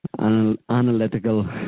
analytical